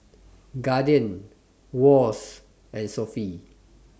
Guardian Wall's and Sofy